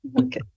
okay